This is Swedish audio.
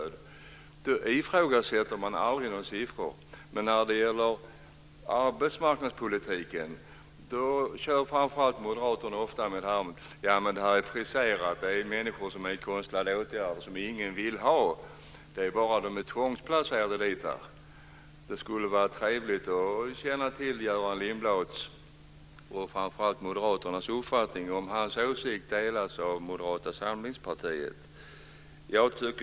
Sådana siffror ifrågasätter man aldrig, men inom arbetsmarknadspolitiken hävdar framför allt Moderaterna ofta att det är fråga om friserade siffror. Det är fråga om människor i konstlade åtgärder, personer som ingen vill ha. De är tvångsutplacerade. Det skulle vara trevligt att känna till om Göran Lindblads uppfattning delas av Moderata samlingspartiet.